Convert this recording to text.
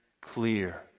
clear